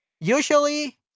usually